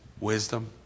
Wisdom